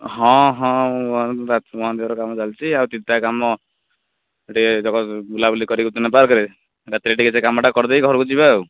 ହଁ ହଁ ଚାଲିଛି ଆଉ ତିନିଟା କାମ ଟିକେ ବୁଲାବୁଲି କରି ପାର୍କରେ ରାତିରେ ସେ କାମଟା କରି ଦେଇ ଘରକୁ ଯିବା